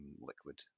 liquid